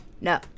no